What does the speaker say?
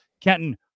Kenton